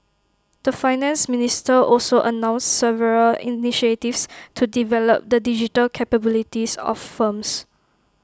the Finance Minister also announced several initiatives to develop the digital capabilities of firms